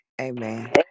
Amen